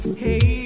hey